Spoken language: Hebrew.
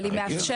אבל היא כלי.